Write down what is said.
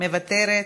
מוותרת.